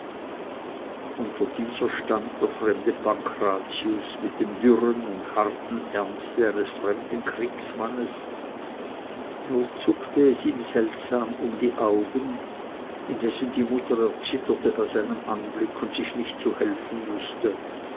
unter dieser stand der fremde pankrazius mit dem dürren und harten ernste eines fremden kriegsmannes nur zuckte es ihm seltsam um die augen indessen die mutter erzitterte bei seinem anblick und sich nicht zu helfen wußte